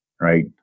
right